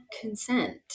consent